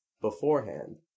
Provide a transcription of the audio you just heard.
beforehand